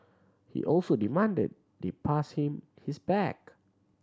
he also demanded they pass him his bag